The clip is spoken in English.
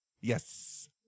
Yes